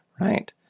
right